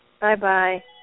Bye-bye